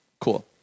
cool